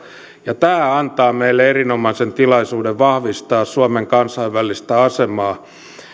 ja tämä antaa meille erinomaisen tilaisuuden vahvistaa suomen kansainvälistä asemaa